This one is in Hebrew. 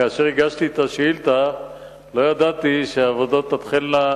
כאשר הגשתי את השאילתא לא ידעתי שהעבודות תתחלנה,